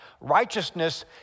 Righteousness